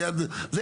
ליד זה,